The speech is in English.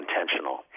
intentional